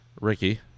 Ricky